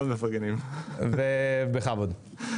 בכבוד.